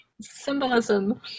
Symbolism